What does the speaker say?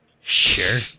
Sure